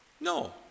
No